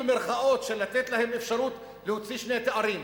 של לתת להם אפשרות להוציא שני תארים,